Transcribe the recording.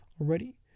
already